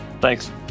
Thanks